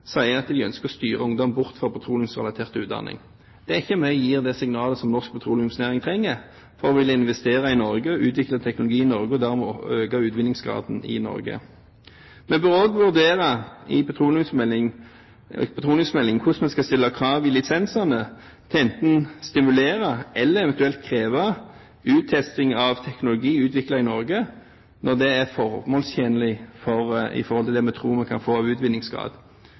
sier at de ønsker å styre ungdom bort fra petroleumsrelatert utdanning. Det er ikke med på å gi det signalet som norsk petroleumsnæring trenger for å ville investere i Norge, utvikle en teknologi i Norge, og dermed øke utvinningsgraden i Norge. Vi bør også vurdere i petroleumsmeldingen hvordan vi skal stille krav i lisensene – enten til å stimulere, eller til eventuelt å kreve uttesting av teknologi, utviklet i Norge, når det er formålstjenlig for det vi tror vi kan få av utvinningsgrad.